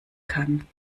kann